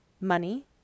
money